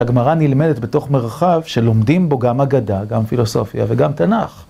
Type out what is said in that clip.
הגמרא נלמדת בתוך מרחב שלומדים בו גם אגדה, גם פילוסופיה וגם תנ״ך.